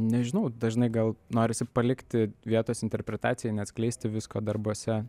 nežinau dažnai gal norisi palikti vietos interpretacijai neatskleisti visko darbuose